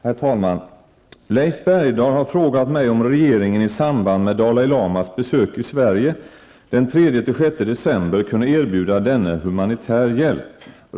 Herr talman! Leif Bergdahl har frågat mig om regeringen i samband med Dalai Lamas besök i Sverige den 3--6 december kunde erbjuda denne humanitär hjälp.